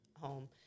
home